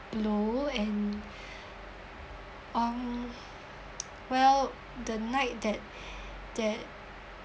blow and um well the night that that